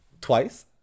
twice